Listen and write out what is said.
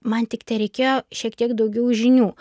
man tik tereikėjo šiek tiek daugiau žinių